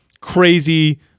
crazy